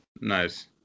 Nice